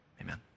Amen